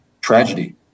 Tragedy